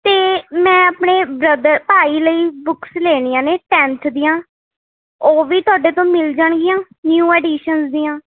ਅਤੇ ਮੈਂ ਆਪਣੇ ਬ੍ਰਦਰ ਭਾਈ ਲਈ ਬੁੱਕਸ ਲੈਣੀਆਂ ਨੇ ਟੈਨਥ ਦੀਆਂ ਉਹ ਵੀ ਤੁਹਾਡੇ ਤੋਂ ਮਿਲ ਜਾਣਗੀਆਂ ਨਿਊ ਐਡੀਸ਼ਨਸ ਦੀਆਂ